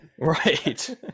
right